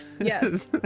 Yes